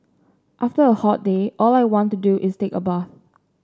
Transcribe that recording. after a hot day all I want to do is take a bath